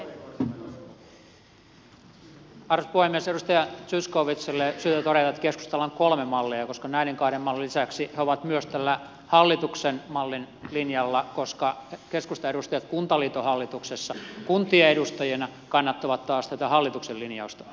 edustaja zyskowiczille on syytä todeta että keskustalla on kolme mallia koska näiden kahden mallin lisäksi he ovat myös tämän hallituksen mallin linjalla koska keskustan edustajat kuntaliiton hallituksessa kuntien edustajina kannattavat taas tätä hallituksen linjausta